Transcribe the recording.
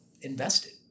invested